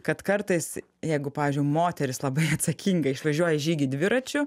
kad kartais jeigu pavyzdžiui moteris labai atsakinga išvažiuoja į žygį dviračiu